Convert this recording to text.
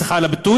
סליחה על הביטוי,